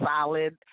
solid